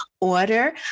order